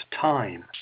time